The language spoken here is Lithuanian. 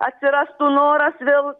atsirastų noras vėl